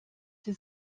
sie